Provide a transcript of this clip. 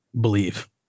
Believe